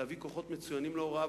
להביא כוחות מצוינים להוראה.